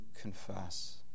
confess